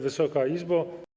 Wysoka Izbo!